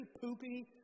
poopy